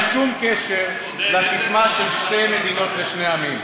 שום קשר לססמה של שתי מדינות לשני עמים.